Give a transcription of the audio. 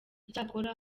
icyakora